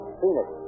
Phoenix